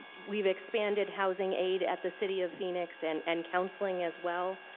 we've expanded housing aid at the city of phoenix and and counselling as well.